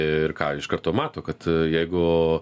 ir ką iš karto mato kad jeigu